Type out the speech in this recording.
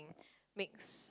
mix